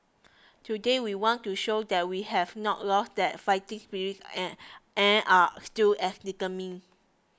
today we want to show that we have not lost that fighting spirit and and are still as determined